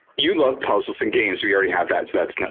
you love puzzles and games. we already had that.